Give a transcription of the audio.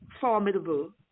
formidable